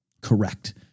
correct